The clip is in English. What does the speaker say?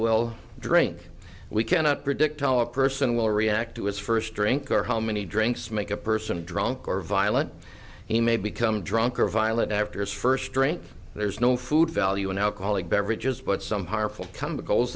will drink we cannot predict how a person will react to his first drink or how many drinks make a person drunk or violent he may become drunk or violent after its first drink there is no food value an alcoholic beverages but some harmful chemicals